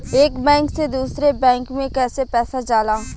एक बैंक से दूसरे बैंक में कैसे पैसा जाला?